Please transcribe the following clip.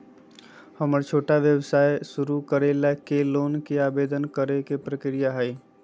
हमरा छोटा व्यवसाय शुरू करे ला के लोन के आवेदन करे ल का प्रक्रिया हई?